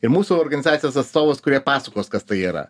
ir mūsų organizacijos atstovus kurie pasakos kas tai yra